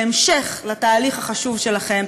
בהמשך לתהליך החשוב שלכם,